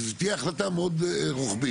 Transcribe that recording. שזו תהיה החלטה מאוד רוחבית.